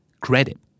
Credit